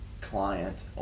client